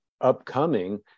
upcoming